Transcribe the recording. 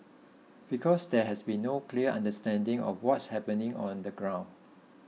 because there has been no clear understanding of what's happening on the ground